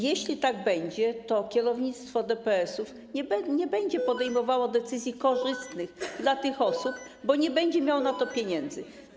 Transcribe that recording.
Jeśli tak będzie, to kierownictwo DPS-u nie będzie podejmowało decyzji korzystnych dla tych osób, bo nie będzie miało na to pieniędzy.